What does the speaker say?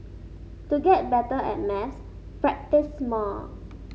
to get better at maths practise more